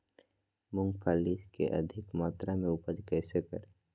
मूंगफली के अधिक मात्रा मे उपज कैसे करें?